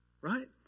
Right